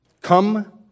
Come